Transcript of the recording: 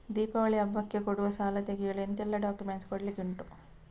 ದೀಪಾವಳಿ ಹಬ್ಬಕ್ಕೆ ಕೊಡುವ ಸಾಲ ತೆಗೆಯಲು ಎಂತೆಲ್ಲಾ ಡಾಕ್ಯುಮೆಂಟ್ಸ್ ಕೊಡ್ಲಿಕುಂಟು?